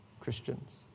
Christians